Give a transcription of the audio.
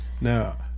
Now